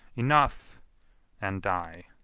enough and die.